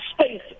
space